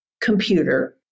computer